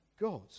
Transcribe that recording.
God